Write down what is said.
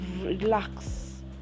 relax